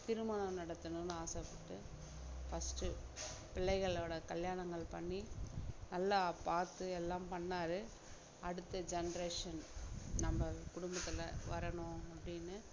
திருமணம் நடத்தணுனு ஆசைப்பட்டு ஃபர்ஸ்ட்டு பிள்ளைகளோடய கல்யாணங்கள் பண்ணி நல்லா பார்த்து எல்லாம் பண்ணாரு அடுத்த ஜென்ரேஷன் நம்ம குடும்பத்தில் வரணும் அப்படின்னு